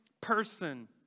person